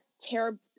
terrible